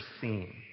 seen